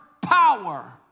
power